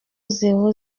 zéro